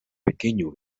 pequeño